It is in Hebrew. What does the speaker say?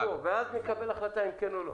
יהיה דיון שבו נקבל החלטה אם כן או לא.